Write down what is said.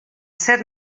zer